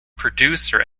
producer